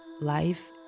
life